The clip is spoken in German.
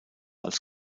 als